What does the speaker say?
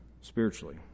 spiritually